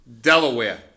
Delaware